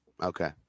Okay